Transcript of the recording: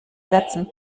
sätzen